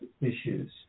issues